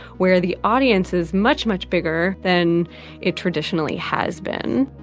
where the audience is much, much bigger than it traditionally has been